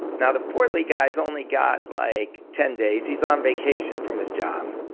now, the portly guy's only got like ten days he's on vacation from his job.